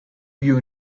you